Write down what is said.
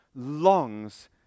longs